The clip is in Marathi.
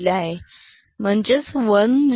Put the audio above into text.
ते आहे 10011